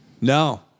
No